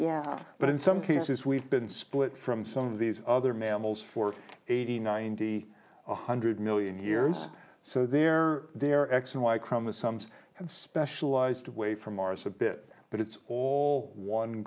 yeah but in some cases we've been split from some of these other mammals for eighty ninety one hundred million years so they're there x and y chromosomes and specialized away from ours a bit but it's all one